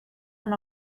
and